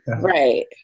Right